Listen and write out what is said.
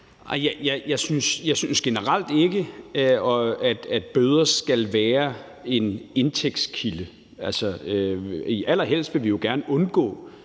Jeg synes generelt ikke, at bøder skal være en indtægtskilde. Allerhelst vil vi gerne undgå